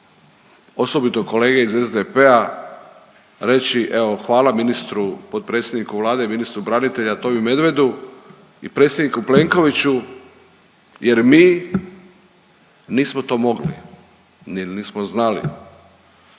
osobito kolege iz SDP-a reći evo hvala ministru, potpredsjedniku Vlade i ministru branitelja Tomi Medvedu i predsjedniku Plenkoviću jer mi nismo to mogli, nismo znali.